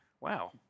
Wow